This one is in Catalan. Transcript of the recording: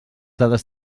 dades